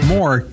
More